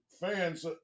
fans